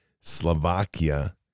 Slovakia